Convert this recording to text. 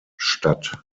statt